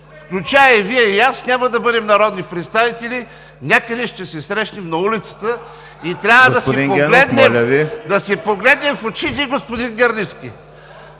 включая и Вие, и аз, няма да бъдем народни представители, някъде ще се срещнем на улицата и трябва да се погледнем в очите, господин Гърневски!